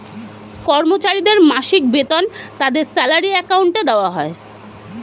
কর্মচারীদের মাসিক বেতন তাদের স্যালারি অ্যাকাউন্টে দেওয়া হয়